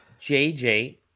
JJ